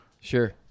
Sure